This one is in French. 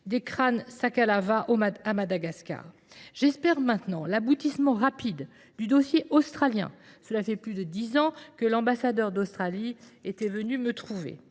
des crânes Sakalava à Madagascar. J'espère maintenant l'aboutissement rapide du dossier australien. Cela fait plus de dix ans que l'ambassadeur d'Australie était venu me trouver.